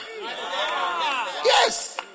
Yes